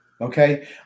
Okay